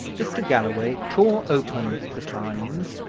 mr. galloway tore open the times,